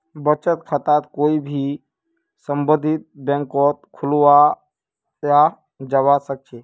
बचत खाताक कोई भी सम्बन्धित बैंकत खुलवाया जवा सक छे